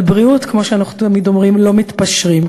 על הבריאות, כמו שאנחנו תמיד אומרים, לא מתפשרים,